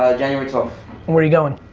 ah january twelfth. and where you goin'?